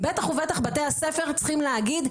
בטח ובטח בתי-הספר צריכים להגיד,